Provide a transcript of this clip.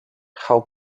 how